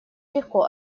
легко